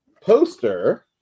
poster